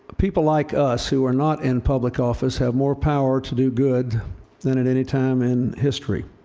people like us, who are not in public office, have more power to do good than at any time in history,